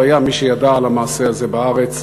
אבל היה מי שידע על המעשה הזה בארץ,